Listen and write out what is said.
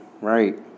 right